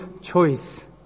choice